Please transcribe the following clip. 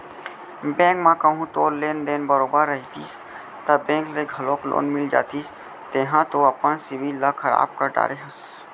bank म कहूँ तोर लेन देन बरोबर रहितिस ता बेंक ले घलौक लोन मिल जतिस तेंहा तो अपन सिविल ल खराब कर डरे हस